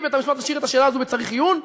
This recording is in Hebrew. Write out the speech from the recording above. השאירו את השאלה הזאת ב"צריך עיון".